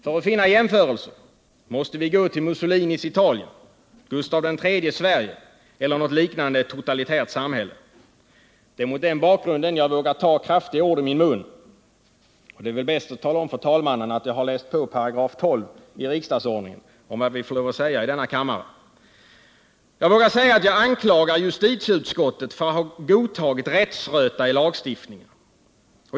För att finna jämförelser måste vi gå till Mussolinis Italien, Gustav III:s Sverige eller något liknande totalitärt samhälle. Mot den bakgrunden vågar jag ta kraftiga ord i min mun. Det är väl bäst att tala om för talmannen att jag har läst på 12§ i riksdagsordningen om vad vi får lov att säga i denna kammare. Jag anklagar justitieutskottet för att ha godtagit rättsröta i lagstiftningen.